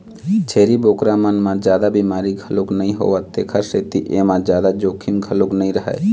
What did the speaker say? छेरी बोकरा मन म जादा बिमारी घलोक नइ होवय तेखर सेती एमा जादा जोखिम घलोक नइ रहय